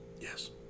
Yes